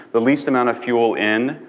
the least amount of fuel in,